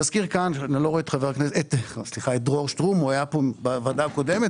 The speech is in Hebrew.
אני לא רואה כאן את דרור שטרום שהיה בישיבה הקודמת